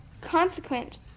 consequent